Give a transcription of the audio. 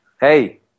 Hey